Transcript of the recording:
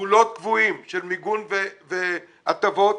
של מיגון והטבות,